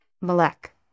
Malek